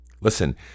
Listen